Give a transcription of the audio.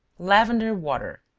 lavender water.